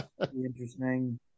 interesting